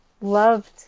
loved